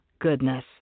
goodness